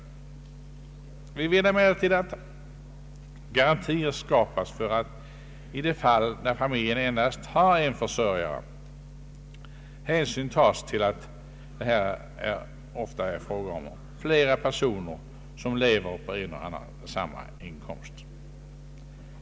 Vi vill emellertid att garantier skapas för att, i det fall endast en familjeförsörjare finns, hänsyn tas till att flera personer lever på en och samma inkomst. Det sker genom grundavdraget.